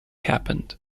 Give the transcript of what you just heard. happened